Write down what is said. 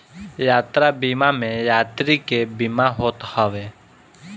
यात्रा बीमा में यात्री के बीमा होत हवे